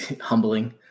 humbling